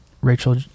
Rachel